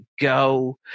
go